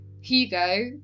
Hugo